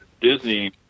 Disney